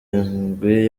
indwi